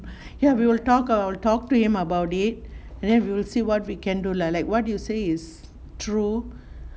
ya we will talk I'll talk to him about it and then we will see what we can do lah like what you say is true